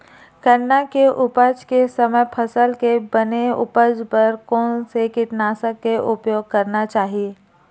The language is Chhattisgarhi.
गन्ना के उपज के समय फसल के बने उपज बर कोन से कीटनाशक के उपयोग करना चाहि?